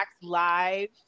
Live